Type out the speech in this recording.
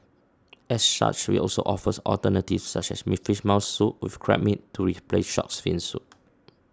as such we also offers alternatives such as me Fish Maw Soup with Crab Meat to replace Shark's Fin Soup